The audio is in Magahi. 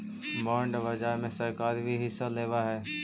बॉन्ड बाजार में सरकार भी हिस्सा लेवऽ हई